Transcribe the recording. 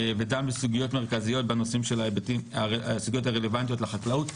ודן בסוגיות מרכזיות הרלוונטיות לחקלאות.